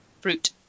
Fruit